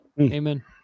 Amen